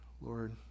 Lord